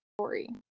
story